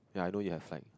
ya I know you've like